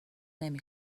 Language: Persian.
نمی